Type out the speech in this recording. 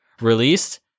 released